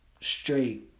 straight